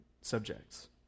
subjects